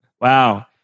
Wow